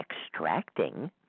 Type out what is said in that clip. extracting